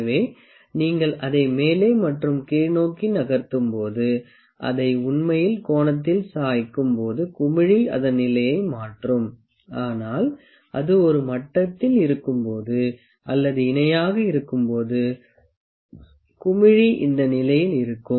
எனவே நீங்கள் அதை மேலே மற்றும் கீழ் நோக்கி நகர்த்தும்போது அதை உண்மையில் கோணத்தில் சாய்க்கும் போது குமிழி அதன் நிலையை மாற்றும் ஆனால் அது ஒரு மட்டத்தில் இருக்கும்போது அல்லது இணையாக இருக்கும்போது குமிழி இந்த நிலையில் இருக்கும்